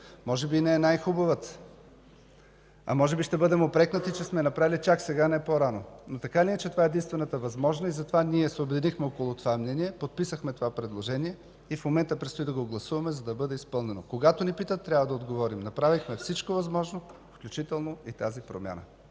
дава сигнал, че времето е изтекло), че сме я направили чак сега, а не по-рано. Но така или иначе тя е единствената възможна и затова ние се обединихме около това мнение, подписахме предложението и в момента предстои да го гласуваме, за да бъде изпълнено. Когато ни питат, трябва да отговорим: направихме всичко възможно, включително и тази промяна.